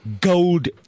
Gold